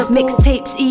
Mixtapes